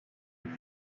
ils